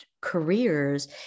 careers